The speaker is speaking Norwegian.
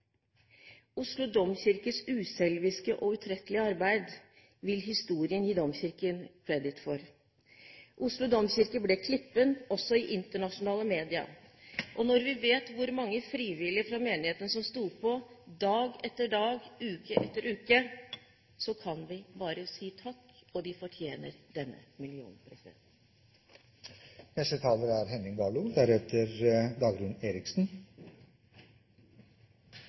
Oslo domkirkes uselviske og utrettelige arbeid vil historien gi Domkirken kreditt for. Oslo domkirke ble klippen, også i internasjonale medier. Når vi vet hvor mange frivillige fra menigheten som sto på dag etter dag, uke etter uke, kan vi bare si takk. Og de fortjener denne millionen. Noen talere har drevet med litt selektiv sitering og omskriving av sitater, for deretter